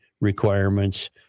requirements